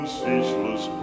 ceaseless